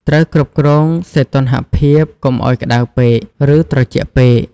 ត្រូវគ្រប់គ្រងសីតុណ្ហភាពកុំឲ្យក្តៅពេក ឬត្រជាក់ពេក។